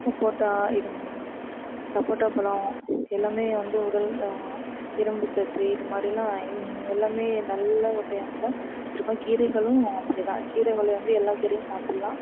சப்போட்டா இதுவும் சப்போட்டா பழம் இளமையை வந்து உடல் இரும்புச்சத்து இது மாதிரில்லாம் எல்லாமே நல்ல வகையானதாக வச்சிருப்போம் கீரைகளும் அப்படி தான் கீரைகளில் வந்து எல்லா கீரையும் சாப்புடலாம்